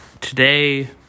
Today